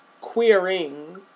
queering